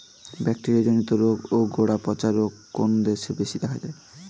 Bacteria জনিত রোগ ও গোড়া পচা রোগ কোন দেশে বেশি দেখা যায়?